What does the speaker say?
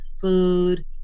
food